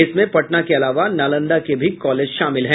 इसमें पटना के अलावा नालंदा के भी कॉलेज शामिल हैं